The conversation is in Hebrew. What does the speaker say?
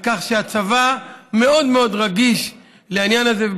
כך שהצבא מאוד מאוד רגיש לעניין זה.